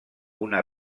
una